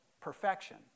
perfection